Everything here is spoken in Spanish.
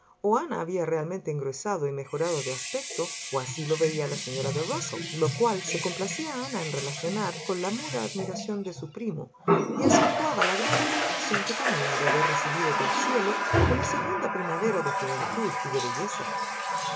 había realmente engruesado y mejorado de aspecto o así lo veía la señora de rusell lo cual se complacía ana en relacionar con la muda admiración de su primo y acentuaba la grata convicción que tenía de haber recibido del cielo una segunda primavera de juventud y de belleza